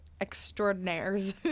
extraordinaires